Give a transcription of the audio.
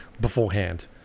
Beforehand